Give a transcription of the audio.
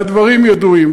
והדברים ידועים,